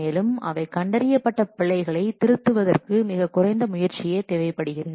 மேலும் அவை கண்டறியப்பட்ட பிழைகளை திருத்துவதற்கு மிகக்குறைந்த முயற்சியே தேவைப்படுகிறது